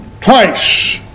twice